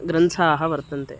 ग्रन्थाः वर्तन्ते